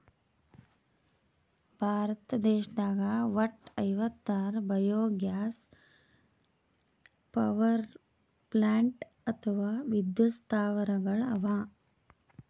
ಭಾರತ ದೇಶದಾಗ್ ವಟ್ಟ್ ಐವತ್ತಾರ್ ಬಯೊಗ್ಯಾಸ್ ಪವರ್ಪ್ಲಾಂಟ್ ಅಥವಾ ವಿದ್ಯುತ್ ಸ್ಥಾವರಗಳ್ ಅವಾ